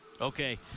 Okay